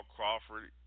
Crawford